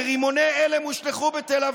ורימוני הלם הושלכו בתל אביב.